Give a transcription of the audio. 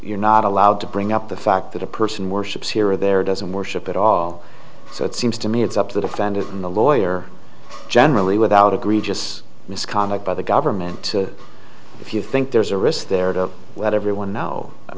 you're not allowed to bring up the fact that a person worships here or there doesn't worship at all so it seems to me it's up to the defendant and the lawyer generally without agree just misconduct by the government if you think there's a risk there to let everyone know i